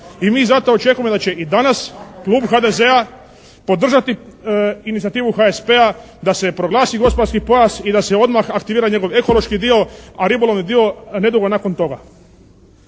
i mi zato očekujemo da će i danas klub HDZ-a podržati inicijativu HSP-a da se proglasi gospodarski pojas i da se odmah aktivira njegov ekološki dio a ribolovni dio nedugo nakon toga.